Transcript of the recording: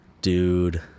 dude